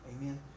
Amen